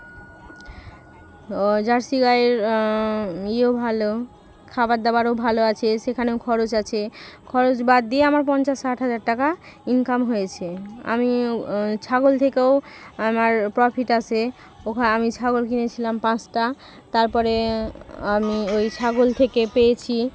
jersey গাইয়ের ইয়েও ভালো খাবার দাবারও ভালো আছে সেখানেও খরচ আছে খরচ বাদ দিয়ে আমার পঞ্চাশ ষাট হাজার টাকা ইনকাম হয়েছে আমি ছাগল থেকেও আমার প্রফিট আসে ওখা আমি ছাগল কিনেছিলাম পাঁচটা তারপরে আমি ঐ ছাগল থেকে পেয়েছি